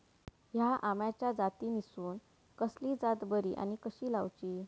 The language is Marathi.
हया आम्याच्या जातीनिसून कसली जात बरी आनी कशी लाऊची?